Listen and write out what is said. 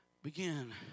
Begin